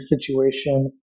situation